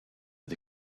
the